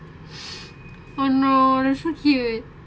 oh no that's so cute